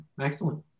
excellent